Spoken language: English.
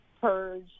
purge